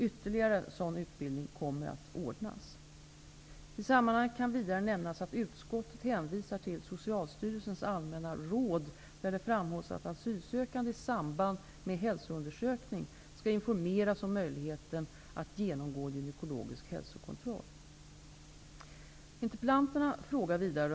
Ytterligare sådan utbildning kommer att ordnas. I sammanhanget kan vidare nämnas att utskottet hänvisar till Socialstyrelsens Allmänna råd, där det framhålls att asylsökande i samband med hälsoundersökning skall informeras om möjligheten att genomgå gynekologisk hälsokontroll.